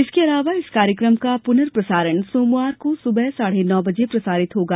इसके अलावा इस कार्यकम का पुर्नप्रसारण सोमवार को सुबह साढे नौ बजे प्रसारित होगा